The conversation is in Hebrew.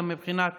גם מבחינת